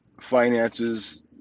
finances